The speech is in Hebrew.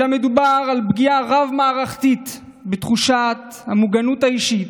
אלא מדובר על פגיעה רב-מערכתית בתחושת המוגנות האישית,